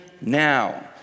now